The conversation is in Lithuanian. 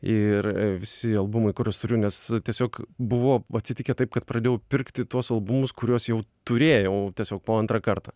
ir visi albumai kuriuos turiu nes tiesiog buvo atsitikę taip kad pradėjau pirkti tuos albumus kuriuos jau turėjau tiesiog po antrą kartą